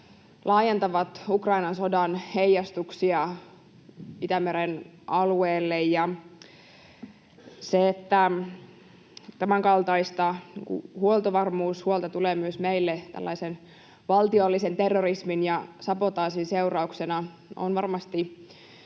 laajentavat Ukrainan sodan heijastuksia Itämeren alueelle, ja se, että tämänkaltaista huoltovarmuushuolta tulee myös meille tällaisen valtiollisen terrorismin ja sabotaasin seurauksena, on varmasti